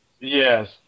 Yes